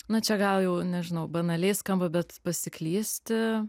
na čia gal jau nežinau banaliai skamba bet pasiklysti